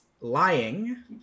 lying